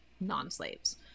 non-slaves